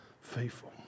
faithful